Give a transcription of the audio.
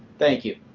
thank you.